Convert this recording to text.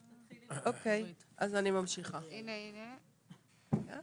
על אוכלוסייה בהיקף מאוד